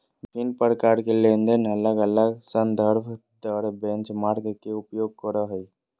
विभिन्न प्रकार के लेनदेन अलग अलग संदर्भ दर बेंचमार्क के उपयोग करो हइ